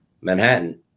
Manhattan